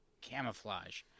camouflage